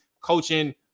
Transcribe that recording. coaching